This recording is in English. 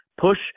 push